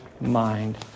mind